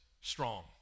strong